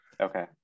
Okay